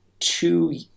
two